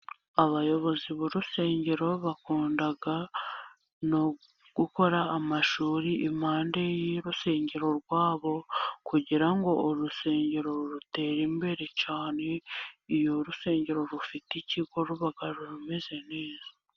Abayobozi b'urusengero bakunda no gukora amashuri impande y'urusengero rwabo, kugira ngo urusengero rutere imbere cyane. Iyo urusengero rufite ikigo, ruba rumeze neza.